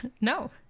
No